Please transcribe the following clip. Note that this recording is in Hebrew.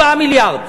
4 מיליארד.